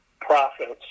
profits